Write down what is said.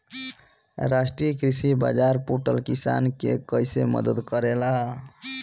राष्ट्रीय कृषि बाजार पोर्टल किसान के कइसे मदद करेला?